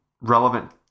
relevant